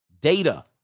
data